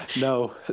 No